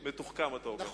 מתוחכם, אתה אומר.